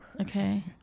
Okay